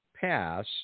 pass